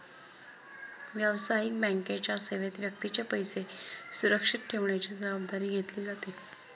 व्यावसायिक बँकेच्या सेवेत व्यक्तीचे पैसे सुरक्षित ठेवण्याची जबाबदारी घेतली जाते